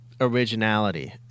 originality